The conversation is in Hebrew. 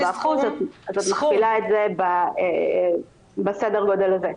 54% אז את מכפילה את זה בסדר גודל הזה.